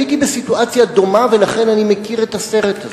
הייתי בסיטואציה דומה, ולכן אני מכיר את הסרט הזה.